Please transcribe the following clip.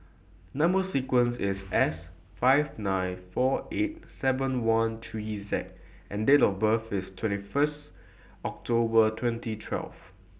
Number sequence IS S five nine four eight seven one three Z and Date of birth IS twenty First October twenty twelve